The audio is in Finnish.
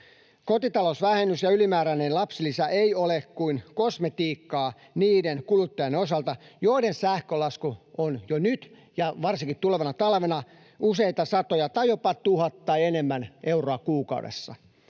Kotitalousvähennys ja ylimääräinen lapsilisä eivät ole kuin kosmetiikkaa niiden kuluttajien osalta, joiden sähkölasku on jo nyt ja varsinkin tulevana talvena useita satoja euroja, tai jopa tuhat tai enemmän, kuukaudessa.